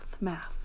math